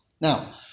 Now